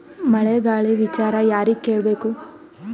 ಮಳೆ ಗಾಳಿ ವಿಚಾರ ಯಾರಿಗೆ ಕೇಳ್ ಬೇಕು?